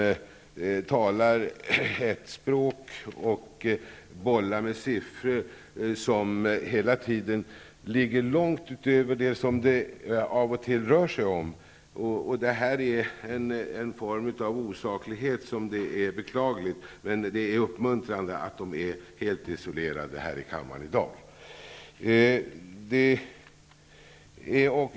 Ni talar ett språk och har ett bollande med siffror som ligger långt bortom det som det av och till rör sig om. Det är en form av osaklighet som är att beklaga. Det är i alla fall uppmuntrande att ni i Ny demokrati är helt isolerade här i kammaren i dag.